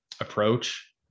approach